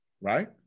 right